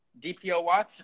DPOY